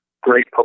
great